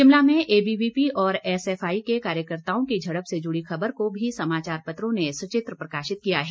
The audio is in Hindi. शिमला में एबीवीपी और एसएफआई के कार्यकर्ताओं की झड़प से जुड़ी खबर को भी समाचार पत्रों ने संचित्र प्रकाशित किया है